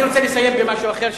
אני רוצה לסיים במשהו אחר,